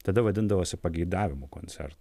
tada vadindavosi pageidavimų koncer